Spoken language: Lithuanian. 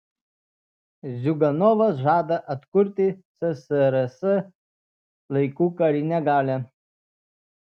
ziuganovas žada atkurti ssrs laikų karinę galią